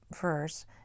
verse